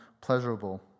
pleasurable